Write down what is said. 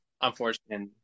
Unfortunately